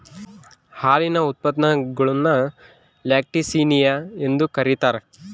ಹಾಲಿನ ಉತ್ಪನ್ನಗುಳ್ನ ಲ್ಯಾಕ್ಟಿಸಿನಿಯ ಎಂದು ಕರೀತಾರ